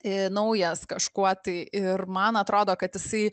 i naujas kažkuo tai ir man atrodo kad jisai